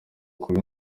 kuba